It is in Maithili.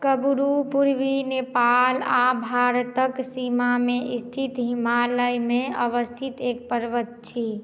कबरू पूर्वी नेपाल आ भारतक सीमामे स्थित हिमालयमे अवस्थित एक पर्वत छी